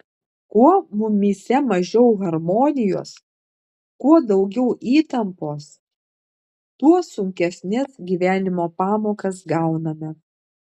kuo mumyse mažiau harmonijos kuo daugiau įtampos tuo sunkesnes gyvenimo pamokas gauname